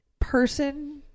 person